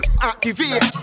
activate